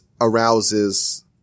arouses